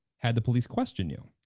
had the police question you.